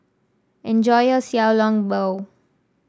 enjoy your Xiao Long Bao